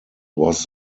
was